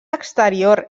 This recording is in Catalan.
exterior